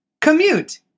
Commute